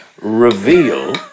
reveal